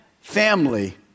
family